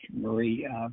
Marie